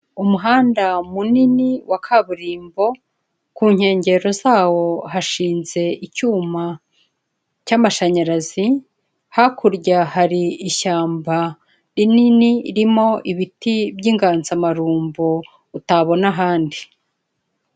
Umuhanda munini wa kaburimbo ku nkengero zawo hashinze icyuma cy'mashanyarazi, hakurya hari ishyamba rinini ririmo ibiti by'inganzamarumbo utabona ahandi.